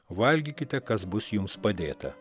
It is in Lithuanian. valgykite kas bus jums padėta